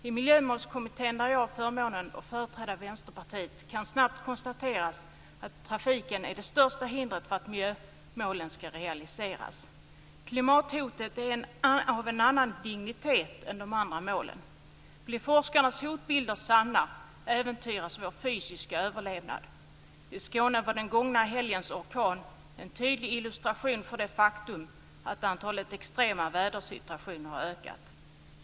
I Miljömålskommittén, där jag har förmånen att företräda Vänsterpartiet, kan snabbt konstateras att trafiken är det största hindret för att miljömålen ska realiseras. Klimathotet är av en annan dignitet än de andra målen. Blir forskarnas hotbilder sanna äventyras vår fysiska överlevnad. I Skåne var den gångna helgens orkan en tydlig illustration av det faktum att antalet extrema vädersituationer har ökat.